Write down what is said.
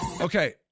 Okay